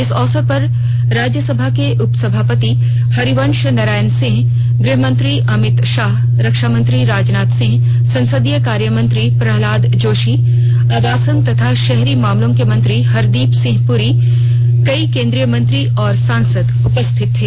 इस अवसर पर राज्यसभा के उपसभापति हरिवंश नारायण सिंह गृहमंत्री अमित शाह रक्षामंत्री राजनाथ सिंह संसदीय कार्यमंत्री प्रहलाद जोशी आवासन तथा शहरी मामलों के मंत्री हरदीप सिंह पुरी कई केंद्रीय मंत्री और सांसद उपस्थित थे